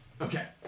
Okay